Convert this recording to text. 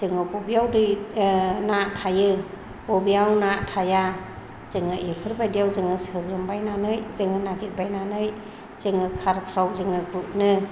जोङो बबेयाव दै ना थायो बबेयाव ना थाया जोङो एफोरबायदियाव जोङो सोग्रोमबायनानै जोङो नागिरबायनानै जोङो खारफ्राव जोङो गुदनो